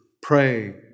pray